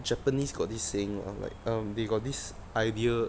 japanese got this saying um like um they got this idea